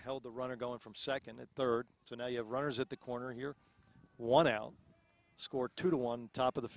held the runner going from second and third to now you have runners at the corner here one out score two on top of the